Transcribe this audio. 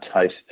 taste